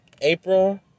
April